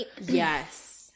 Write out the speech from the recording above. yes